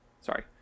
Sorry